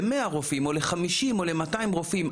ל-100 רופאים או ל-50 או ל-200 רופאים,